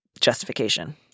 justification